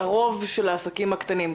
הרוב של העסקים הקטנים.